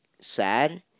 sad